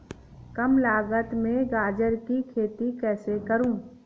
कम लागत में गाजर की खेती कैसे करूँ?